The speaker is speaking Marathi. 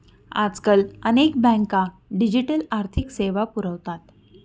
आजकाल अनेक बँका डिजिटल आर्थिक सेवा पुरवतात